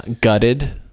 gutted